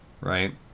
right